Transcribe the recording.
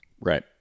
right